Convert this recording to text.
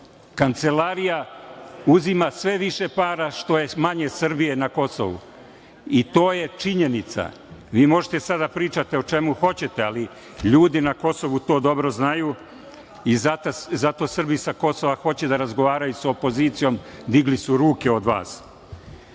Kancelarija uzima sve više para što je manje Srbije na Kosovu, i to je činjenica. Vi možete da pričate sada o čemu hoćete, ali ljudi na Kosovu to dobro znaju i zato Srbi sa Kosova hoće da razgovaraju sa opozicijom, digli su ruke od vas. Što